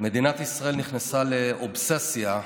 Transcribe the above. מדינת ישראל נכנסה לאובססיה.